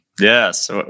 Yes